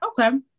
okay